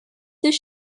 this